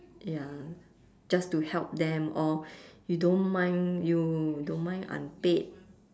ya just to help them or you don't mind you don't mind unpaid